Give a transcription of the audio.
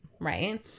Right